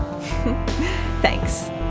Thanks